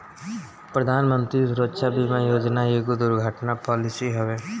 प्रधानमंत्री सुरक्षा बीमा योजना एगो दुर्घटना पॉलिसी हवे